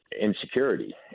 insecurity